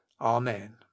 amen